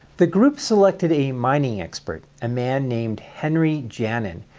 the group selected a mining expert, a man named henry janin,